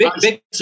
Big